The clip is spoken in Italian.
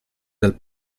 dal